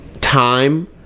time